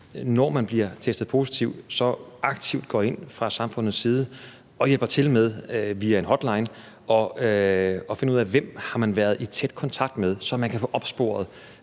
når man bliver testet positiv, aktivt går ind fra samfundets side og hjælper til med, via en hotline, at finde ud af, hvem man har været i tæt kontakt med, så man kan få opsporet